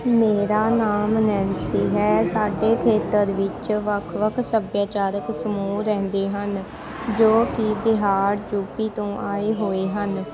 ਮੇਰਾ ਨਾਮ ਨੈਨਸੀ ਹੈ ਸਾਡੇ ਖੇਤਰ ਵਿੱਚ ਵੱਖ ਵੱਖ ਸੱਭਿਆਚਾਰਿਕ ਸਮੂਹ ਰਹਿੰਦੇ ਹਨ ਜੋ ਕਿ ਬਿਹਾਰ ਯੂਪੀ ਤੋਂ ਆਏ ਹੋਏ ਹਨ